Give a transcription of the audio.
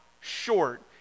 short